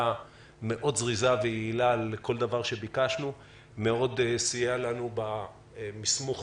המסמכים הזריזה והיעילה דבר זה סייע לנו בעבודתנו.